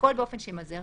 והכול באופן שימזער,